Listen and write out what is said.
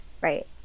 right